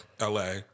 LA